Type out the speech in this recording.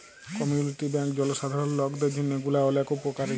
community bank জলসাধারল লকদের জন্হে গুলা ওলেক উপকারী